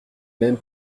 même